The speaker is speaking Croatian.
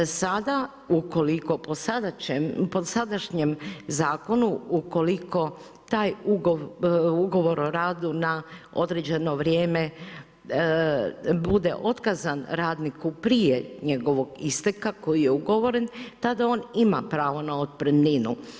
Sada ukoliko, po sadašnjem zakonu, ukoliko taj ugovor o radu na određeno vrijeme bude otkazan radniku prije njegovog isteka koji je ugovoren, tada on ima pravo na otpremninu.